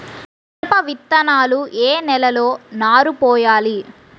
మిరప విత్తనాలు ఏ నెలలో నారు పోయాలి?